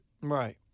Right